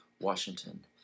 Washington